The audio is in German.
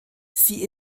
sie